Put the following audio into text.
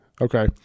okay